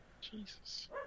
Jesus